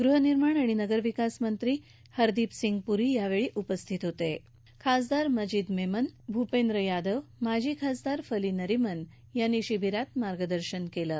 गृहनिर्माण णि नगरविकासमंत्री हरदीप सिंग पुरी यावछी उपस्थित होतखासदार माजिद मक्ति भूपेंद्र यादव माजी खासदार फली नरिमन यांनी शिबिरात मार्गदर्शन कलि